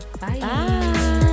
bye